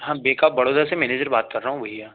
हाँ bank of Baroda से manager बात कर रहा हूँ भैया